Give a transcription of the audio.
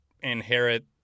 inherit